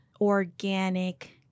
organic